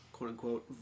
quote-unquote